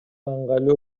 ыңгайлуу